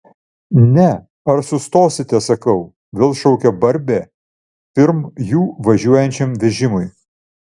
ne ar sustosite sakau vėl šaukia barbė pirm jų važiuojančiam vežimui